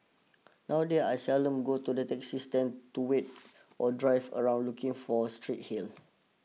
nowadays I seldom go to the taxi stand to wait or drive around looking for street hails